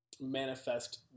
manifest